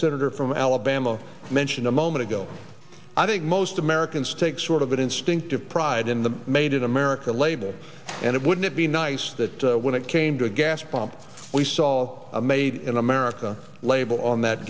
senator from alabama mentioned a moment ago i think most americans take sort of an instinctive pride in the made in america label and it wouldn't be nice that when it came to gas pump we saw a made in america label on that